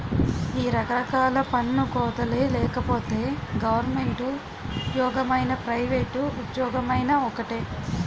ఈ రకరకాల పన్ను కోతలే లేకపోతే గవరమెంటు ఉజ్జోగమైనా పైవేట్ ఉజ్జోగమైనా ఒక్కటే